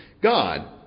God